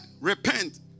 repent